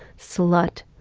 slut.